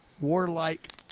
warlike